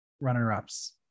runner-ups